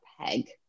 peg